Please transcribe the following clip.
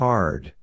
Hard